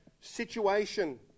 situation